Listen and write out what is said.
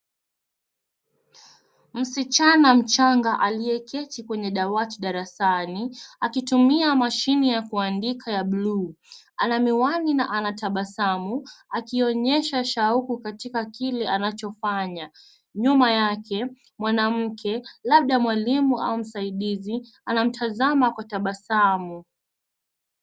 Msichana mchanga aliyeketi kwenye dawati darasani, akitumia mashine ya kuandika ya buluu. Anamiwani na anatabasamu, akionyesha shauku katika kile anachofanya. Nyuma yake, mwanamke, labda mwalimu au msaidizi, anamtazama kwa tabasamu.